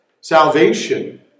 salvation